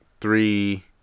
Three